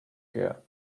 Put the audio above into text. care